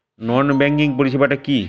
নন banking পরিষেবা টা কি?